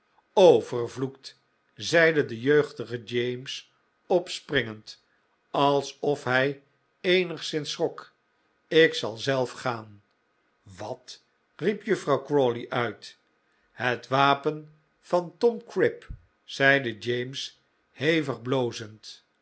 zeide de jeugdige james opspringend alsof hij eenigszins schrok ik zal zelf gaan wat riep juffrouw crawley uit het wapen van tom cribb zeide james hevig blozend